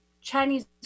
Chinese